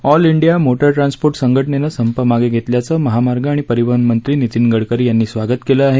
all India motor transport संघटनेनं संप मागे घेतल्याचं महामार्ग आणि परिवहन मंत्री नितीन गडकरी यांनी स्वागत केलं आहे